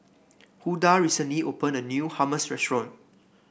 Huldah recently open a new Hummus restaurant